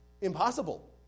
impossible